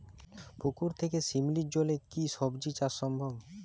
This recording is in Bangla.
পুকুর থেকে শিমলির জলে কি সবজি চাষ সম্ভব?